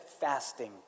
fasting